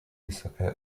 vysoké